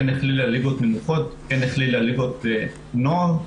כן הכלילה ליגות נמוכות וליגות נוער,